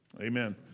Amen